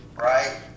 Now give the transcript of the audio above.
right